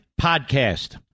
Podcast